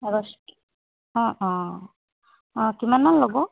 অঁ অঁ অঁ কিমানমান ল'ব